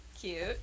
Cute